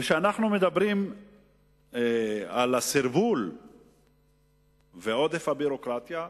כשאנחנו מדברים על הסרבול ועודף הביורוקרטיה,